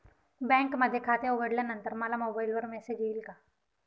बँकेमध्ये खाते उघडल्यानंतर मला मोबाईलवर मेसेज येईल का?